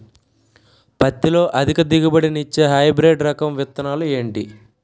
పత్తి లో అధిక దిగుబడి నిచ్చే హైబ్రిడ్ రకం విత్తనాలు ఏంటి